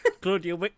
Claudia